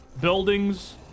buildings